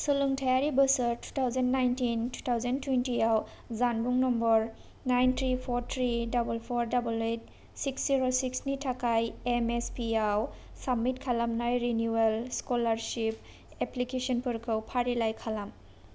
सोलोंथायारि बोसोर two thousand nineteen two thousand twenty आव जानबुं number nine three four three double four double eight six zero six नि थाखाय एन एस पि आव साबमिट खालामनाय रिनिउयेल स्क'लारशिप एप्लिकेसनफोरखौ फारिलाइ खालाम